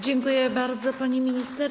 Dziękuję bardzo, pani minister.